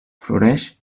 floreix